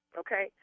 okay